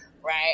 Right